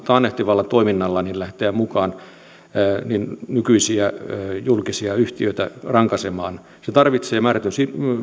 taannehtivalla toiminnalla pitäisi lähteä mukaan merkitsisi sitä että nykyisiä julkisia yhtiöitä jouduttaisiin rankaisemaan se tarvitsee määrätyn